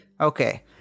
okay